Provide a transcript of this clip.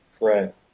Right